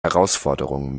herausforderungen